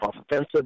offensive